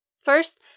First